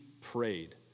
prayed